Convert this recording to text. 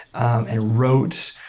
and wrote